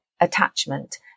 attachment